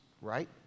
right